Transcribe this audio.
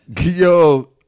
Yo